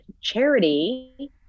charity